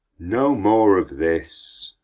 no more of this,